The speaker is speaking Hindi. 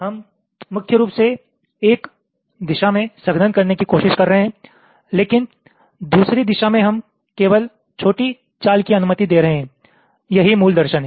हम मुख्य रूप से एक दिशा में संघनन करने की कोशिश कर रहे हैं लेकिन दूसरी दिशा में हम केवल छोटी चाल की अनुमति दे रहे हैं यही मूल दर्शन है